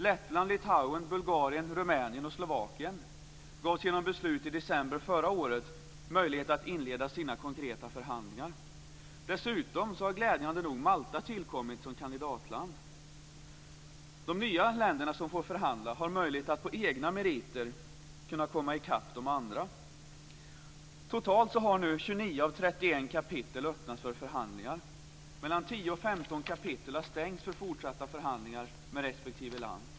Lettland, Litauen, Bulgarien, Rumänien och Slovakien gavs genom beslut i december förra året möjlighet att inleda sina konkreta förhandlingar. Dessutom har glädjande nog Malta tillkommit som kandidatland. De nya länderna som får förhandla har möjlighet att på egna meriter kunna komma i kapp de andra. Totalt har nu 29 av 31 kapitel öppnats för förhandlingar. Mellan 10 och 15 kapitel har stängts för fortsatta förhandlingar med respektive land.